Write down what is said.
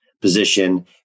position